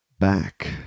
Back